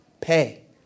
pay